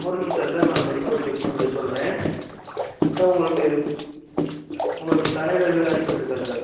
ஒரு நிமிடம் சார் நான் இந்த ரிப்போர்ட் செக் பண்ணிட்டு சொல்கிறேன் சார் உங்களுக்கு உங்களுக்கு தலையில் எதுலையா அடிப்பட்டுருக்கா சார்